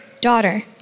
daughter